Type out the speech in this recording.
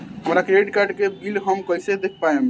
हमरा credit card के bill हम कइसे देख पाएम?